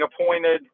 appointed